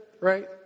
right